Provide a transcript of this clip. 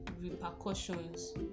repercussions